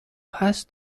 هست